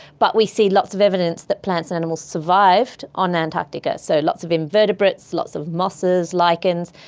but we see lots of evidence that plants and animals survived on antarctica. so lots of invertebrates, lots of mosses, lichens,